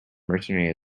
mercenary